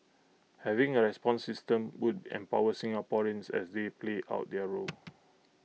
having A response system would empower Singaporeans as they play out their role